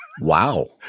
Wow